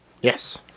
Yes